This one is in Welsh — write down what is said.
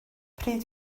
pryd